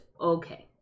okay